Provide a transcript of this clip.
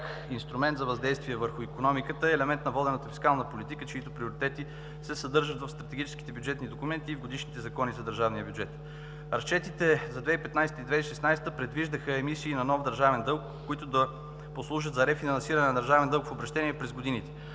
пряк инструмент за въздействие върху икономиката, а е елемент на водената фискална политика, чиито приоритети се съдържат в стратегическите бюджетни документи и в годишните закони за държавния бюджет. Разчетите за 2015 г. и 2016 г. предвиждаха емисии на нов държавен дълг, които да послужат за рефинансиране на държавния дълг в обращение през годините